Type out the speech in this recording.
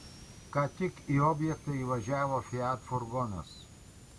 ką tik į objektą įvažiavo fiat furgonas